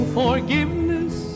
forgiveness